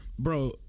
Bro